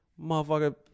Motherfucker